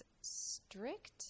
strict